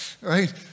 Right